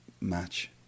match